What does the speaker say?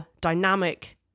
dynamic